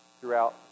throughout